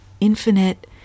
infinite